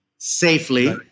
safely